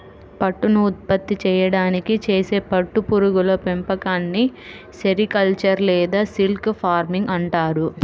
పట్టును ఉత్పత్తి చేయడానికి చేసే పట్టు పురుగుల పెంపకాన్ని సెరికల్చర్ లేదా సిల్క్ ఫార్మింగ్ అంటారు